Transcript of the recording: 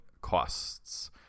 costs